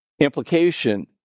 implication